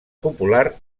popular